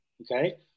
okay